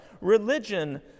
Religion